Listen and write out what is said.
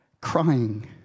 crying